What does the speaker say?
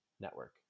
network